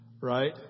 right